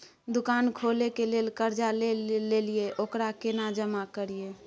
दुकान खोले के लेल कर्जा जे ललिए ओकरा केना जमा करिए?